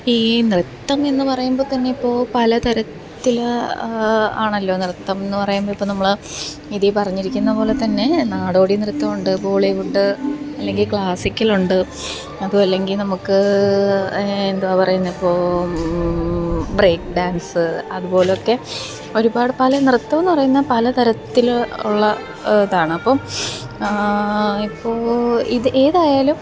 ഈ നൃത്തം എന്നു പറയുമ്പോള്ത്തന്നെ ഇപ്പോള് പല തരത്തില് ആണല്ലോ നൃത്തമെന്നു പറയുമ്പോള് ഇപ്പോള് നമ്മള് ഇതില്പ്പറഞ്ഞിരിക്കുന്നതു പോലെ തന്നെ നാടോടി നൃത്തമുണ്ട് ബോളിവുഡ്ഡ് അല്ലെങ്കില് ക്ളാസിക്കലുണ്ട് അതുമല്ലെങ്കില് നമ്മള്ക്ക് എന്തുവാണു പറയുന്നതിപ്പോള് ബ്രേക് ഡാൻസ് അതുപോലെയൊക്കെ ഒരുപാട് പല നൃത്തമെന്നു പറയുന്ന പല തരത്തില് ഉള്ള ഇതാണ് അപ്പോള് ഇപ്പോള് ഇത് ഏതായാലും